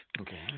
Okay